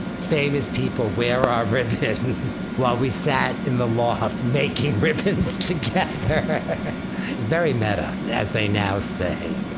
famous people wear our ribbons, while we sat in the loft making ribbons together. very meta, as they now say.